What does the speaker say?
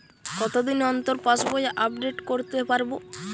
কতদিন অন্তর পাশবই আপডেট করতে পারব?